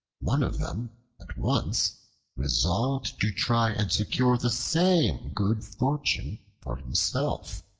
one of them at once resolved to try and secure the same good fortune for himself.